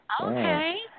Okay